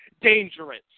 dangerous